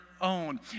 own